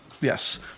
Yes